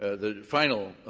ah the final